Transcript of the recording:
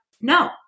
no